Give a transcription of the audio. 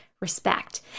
Respect